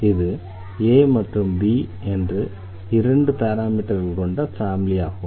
இது a மற்றும் b என்ற இரண்டு பாராமீட்டர்கள் கொண்ட ஃபேமிலி ஆகும்